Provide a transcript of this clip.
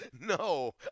No